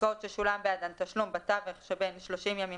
עסקאות ששולם בעדן תשלום בתווך שבין 30 ימים